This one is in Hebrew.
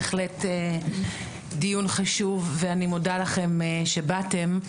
בהחלט זה דיון חשוב ואני מודה לכם שבאתם.